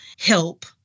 help